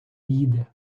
їде